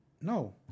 No